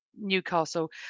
newcastle